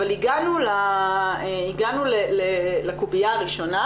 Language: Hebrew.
אבל הגענו לקובייה הראשונה